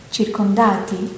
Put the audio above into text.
circondati